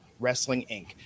wrestlinginc